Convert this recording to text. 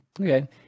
Okay